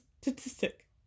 statistic